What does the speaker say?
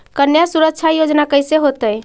कन्या सुरक्षा योजना कैसे होतै?